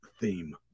theme